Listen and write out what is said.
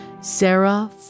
Sarah